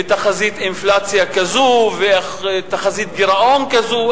ותחזית אינפלציה כזו ותחזית גירעון כזו,